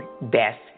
best